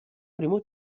primo